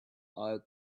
are